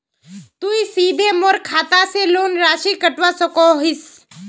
तुई सीधे मोर खाता से लोन राशि कटवा सकोहो हिस?